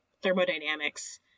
thermodynamics